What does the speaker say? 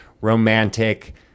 romantic